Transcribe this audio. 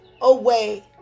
away